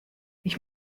ich